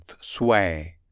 sway